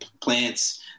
plants